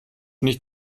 nicht